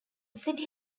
city